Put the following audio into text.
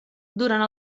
durant